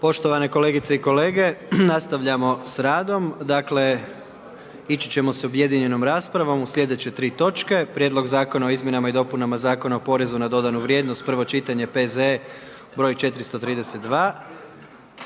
Poštovane kolegice i kolege. Nastavljamo s radom, dakle, ići ćemo s objedinjenom raspravom u sljedeće tri točke: - Prijedlog Zakona o izmjenama i dopunama Zakona porezu na dodanu vrijednost, prvo čitanje, P.Z.E. br. 432